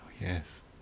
yes